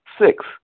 Six